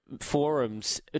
forums